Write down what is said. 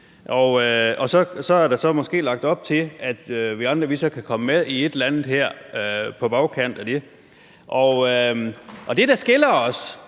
Så er der så måske lagt op til, at vi andre kan komme med i et eller andet her på bagkant af det, for jeg ser jo,